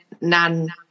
nan